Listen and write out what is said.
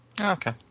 okay